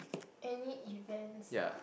any events ah